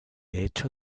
hecho